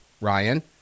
Ryan